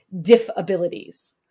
diff-abilities